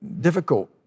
difficult